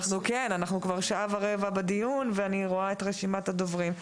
אנחנו כבר שעה ורבע בדיון ואני רואה את רשימת הדוברים.